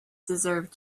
deserve